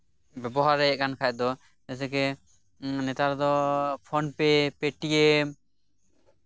ᱵᱮᱵᱚᱦᱟᱨ ᱦᱮᱡ ᱟᱠᱟᱱ ᱠᱷᱟᱡ ᱫᱚ ᱡᱮᱭᱥᱮ ᱜᱮ ᱱᱮᱛᱟᱨ ᱫᱚ ᱯᱷᱳᱱ ᱯᱮ ᱯᱮᱴᱤᱭᱮᱢ